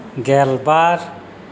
ᱜᱮᱞᱵᱟᱨ